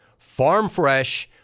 FarmFresh